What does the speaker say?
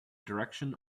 direction